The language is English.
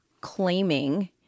claiming